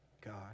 God